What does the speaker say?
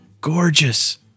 gorgeous